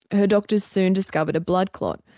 her doctors soon discovered a blood clot.